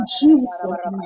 Jesus